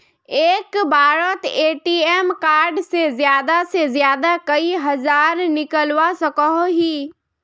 एक बारोत ATM card से ज्यादा से ज्यादा कई हजार निकलवा सकोहो ही?